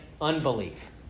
unbelief